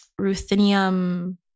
Ruthenium